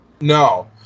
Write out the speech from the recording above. No